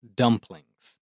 dumplings